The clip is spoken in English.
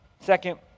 Second